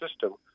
system